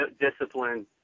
discipline